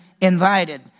invited